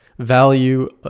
value